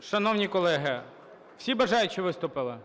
Шановні колеги, всі бажаючі виступили?